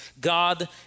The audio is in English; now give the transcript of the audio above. God